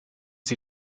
sie